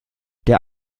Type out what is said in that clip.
der